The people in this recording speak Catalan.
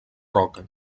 roca